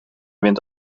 wint